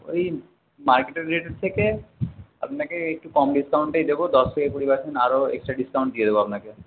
ওই মার্কেটের রেটের থেকে আপনাকে একটু কম ডিসকাউন্টেই দেব দশ থেকে কুড়ি পার্সেন্ট আরও এক্সট্রা ডিসকাউন্ট দিয়ে দেব আপনাকে